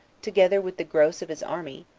together with the gross of his army,